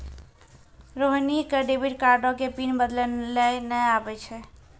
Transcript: रोहिणी क डेबिट कार्डो के पिन बदलै लेय नै आबै छै